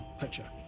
picture